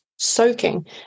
Soaking